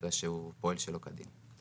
במקרה שהוא פועל שלא כדין.